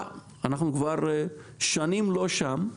אנחנו כבר שנים לא שם,